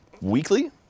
Weekly